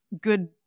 good